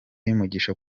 y’umugisha